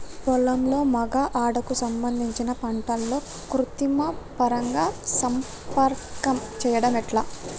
పొలంలో మగ ఆడ కు సంబంధించిన పంటలలో కృత్రిమ పరంగా సంపర్కం చెయ్యడం ఎట్ల?